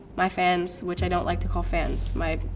my fans, which i don't like to call fans, my,